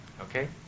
okay